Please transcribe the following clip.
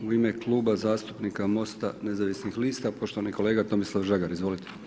U ime Kluba zastupnika Mosta nezavisnih lista, poštovani kolega Tomislav Žagar, izvolite.